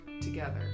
together